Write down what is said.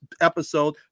episode